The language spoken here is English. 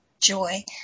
joy